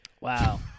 Wow